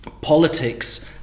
politics